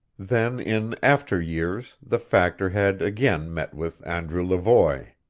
then in after years the factor had again met with andrew levoy.